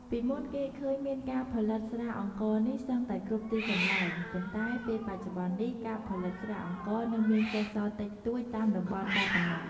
ពីមុនគេឃើញមានការផលិតស្រាអង្ករនេះសឹងតែគ្រប់ទីកន្លែង ប៉ុន្តែពេលបច្ចុប្បន្បនេះការផលិតស្រាអង្ករនៅមានសេសសល់តិចតួចតាមតំបន់តែប៉ុណ្ណោះ។